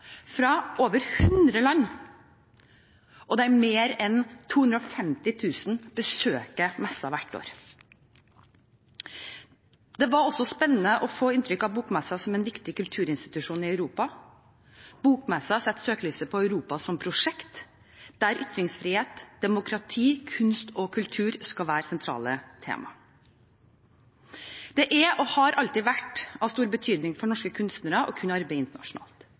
fra over hundre land, og der mer enn 250 000 besøker messen hvert år. Det var også spennende å få inntrykk av bokmessen som en viktig kulturinstitusjon i Europa. Bokmessen setter søkelyset på Europa som prosjekt, der ytringsfrihet, demokrati, kunst og kultur skal være sentrale tema. Det er og har alltid vært av stor betydning for norske kunstnere å kunne arbeide internasjonalt.